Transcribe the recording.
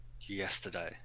yesterday